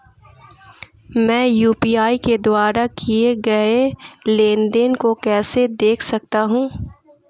मैं यू.पी.आई के द्वारा किए गए लेनदेन को कैसे देख सकता हूं?